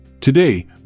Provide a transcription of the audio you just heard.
Today